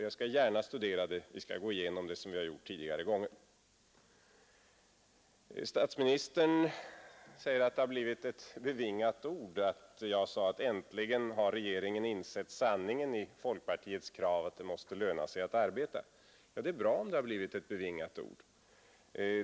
Jag skall studera det och gå igenom det precis som vid tidigare tillfällen. Statsministern säger att mitt uttalande att äntligen har regeringen insett sanningen i folkpartiets krav att det måste löna sig att arbeta har blivit ett bevingat ord. Det är bra om det har blivit ett bevingat ord.